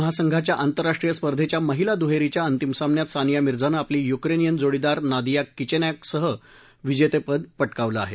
महासंघाच्या आंतरराष्ट्रीय स्पर्धेच्या महिला दुहेरीच्या अंतिम सामन्यात सानिया मिर्झानं आपली युक्रेनियन जोडीदार नादिया किचेनॉकसह विजेतेपद प किावलं आहे